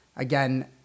Again